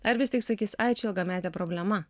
ar vis tik sakys ai čia ilgametė problema